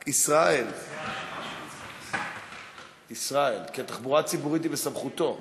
ישראל, כי התחבורה הציבורית היא בסמכותו.